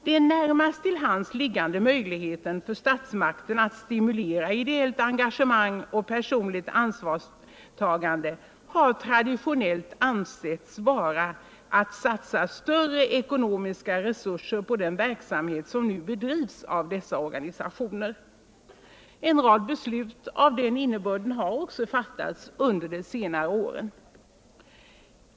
Den närmast till hands liggande möjligheten för statsmakterna att stimulera ideellt engagemang och personligt ansvarstagande har traditionellt ansetts vara att satsa större ekonomiska resurser på den verksamhet som nu bedrivs av dessa organisationer. En rad beslut av den innebörden har också fattats under de senare åren.